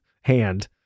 hand